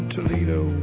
Toledo